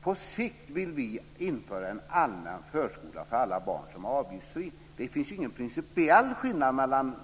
På sikt vill vi införa en allmän förskola för alla barn som är avgiftsfri. Det finns ju ingen principiell skillnad mellan